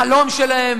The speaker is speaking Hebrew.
החלום שלהם